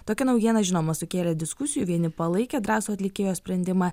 tokia naujiena žinoma sukėlė diskusijų vieni palaikė drąsų atlikėjos sprendimą